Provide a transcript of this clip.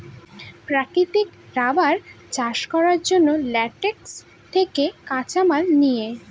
প্রাকৃতিক রাবার চাষ করা হয় ল্যাটেক্স থেকে কাঁচামাল নিয়ে